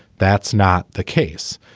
that's not the case.